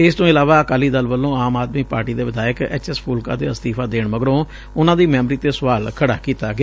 ਇਸ ਤੋਂ ਇਲਾਵਾ ਅਕਾਲੀ ਦਲ ਵਲੋਂ ਆਮ ਆਦਮੀ ਪਾਰਟੀ ਦੇ ਵਿਧਾਇਕ ਐਚ ਐਸ ਫੁਲਕਾ ਦੇ ਅਸਤੀਫਾ ਦੇਣ ਮਗਰੋ ਉਨਾਂ ਦੀ ਮੈਬਰੀ ਤੇ ਸੁਆਲ ਖੜਾ ਕੀਤਾ ਗਿਆ